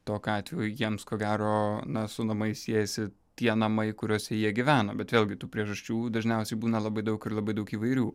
tokiu atveju jiems ko gero na su namai siejasi tie namai kuriuose jie gyveno bet vėlgi tų priežasčių dažniausiai būna labai daug ir labai daug įvairių